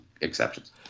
exceptions